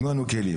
תנו לנו כלים.